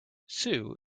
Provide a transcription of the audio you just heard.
sue